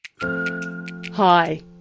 Hi